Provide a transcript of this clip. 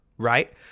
Right